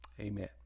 Amen